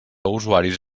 usuaris